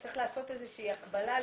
צריך לעשות איזושהי הקבלה לדירקטוריון.